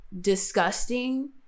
disgusting